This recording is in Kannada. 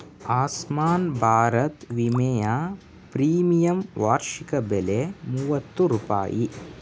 ಆಸ್ಮಾನ್ ಭಾರತ ವಿಮೆಯ ಪ್ರೀಮಿಯಂ ವಾರ್ಷಿಕ ಬೆಲೆ ಮೂವತ್ತು ರೂಪಾಯಿ